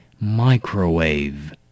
Microwave